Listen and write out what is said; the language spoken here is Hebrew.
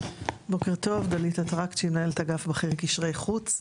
בוקר טוב, דלית אטרקצ'י, מנהלת אגף בכיר קשרי חוץ,